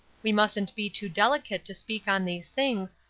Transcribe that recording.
we mustn't be too delicate to speak on these things,